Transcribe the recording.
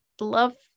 love